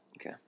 Okay